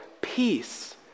peace